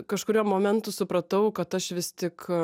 kažkuriuo momentu supratau kad aš vis tik